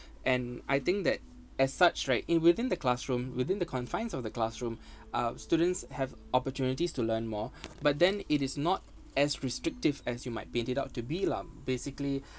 and I think that as such right in within the classroom within the confines of the classroom uh students have opportunities to learn more but then it is not as restrictive as you might paint it out to be lah basically